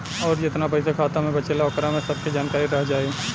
अउर जेतना पइसा खाता मे बचेला ओकरा में सब के जानकारी रह जाइ